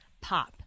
pop